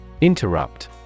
Interrupt